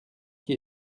qui